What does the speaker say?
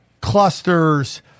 clusters